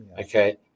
Okay